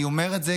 אני אומר את זה,